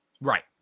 Right